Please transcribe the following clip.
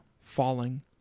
Falling